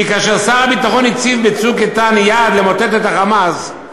כי כאשר שר הביטחון הציב ב"צוק איתן" יעד למוטט את ה"חמאס",